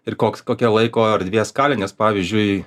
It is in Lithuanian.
ir koks kokia laiko erdvės skalė nes pavyzdžiui